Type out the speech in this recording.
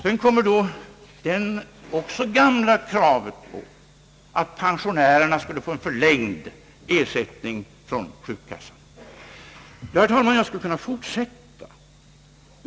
Sedan har vi också det gamla kravet att pensionärerna skulle få förlängd ersättning från sjukkassan. Ja, herr talman, jag skulle kunna fortsätta.